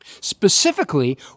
Specifically